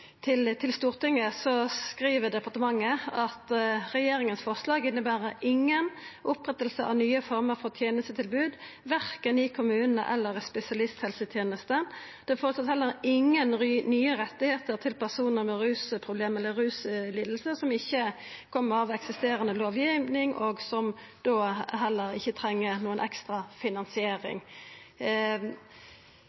fram for Stortinget, skriv departementet: «Departementets forslag innebærer ingen opprettelse av nye former for tjenestetilbud, verken i kommunen eller i spesialisthelsetjenesten.» Det vert heller ikkje føreslått nokon nye rettar til personar med rusproblem eller rusbrukslidingar som ikkje følgjer av eksisterande lovgiving, og som då heller ikkje treng noka ekstra